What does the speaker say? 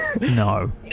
No